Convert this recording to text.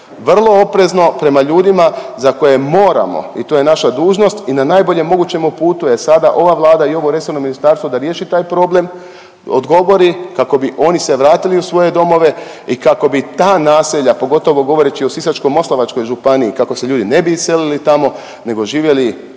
Vrlo oprezno prema ljudima za koje moramo i to je naša dužnost i na najboljem mogućemu putu je sada ova Vlada i ovo resorno ministarstvo da riješi taj problem, odgovori kako bi oni se vratili u svoje domove i kako bi ta naselja, pogotovo govoreći o Sisačko-moslavačkoj županiji kako se ljudi ne bi iselili tamo nego živjeli,